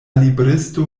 libristo